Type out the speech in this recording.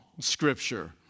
Scripture